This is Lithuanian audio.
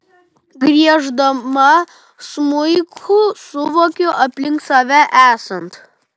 grieždama smuiku suvokiu aplink save esant